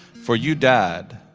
for you died,